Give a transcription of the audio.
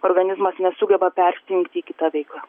organizmas nesugeba persijungti į kitą veiklą